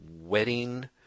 wedding